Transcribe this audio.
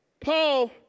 paul